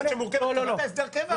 תראה את הסדר הקבע עכשיו.